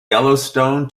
yellowstone